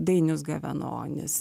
dainius gavenonis